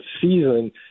season